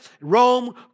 Rome